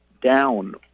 down